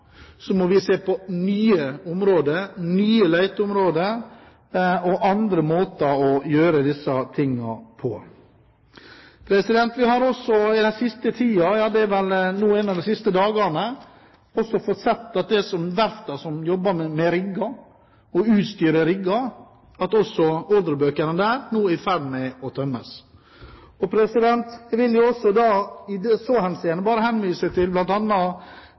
må vi se på nye områder, nye leteområder og andre måter å gjøre disse tingene på. Vi har også den siste tiden, en av de siste dagene, sett at også hos de verftene som jobber med å utstyre rigger, er ordrebøkene i ferd med å tømmes. I så henseende vil jeg vise til Teknisk Ukeblad for en stund tilbake, der det